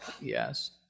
yes